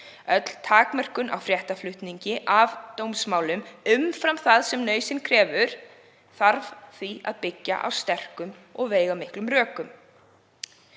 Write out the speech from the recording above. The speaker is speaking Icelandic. Öll takmörkun á fréttaflutningi af dómsmálum, umfram það sem nauðsyn krefur, þarf því að byggja á sterkum og veigamiklum rökum.“